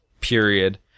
period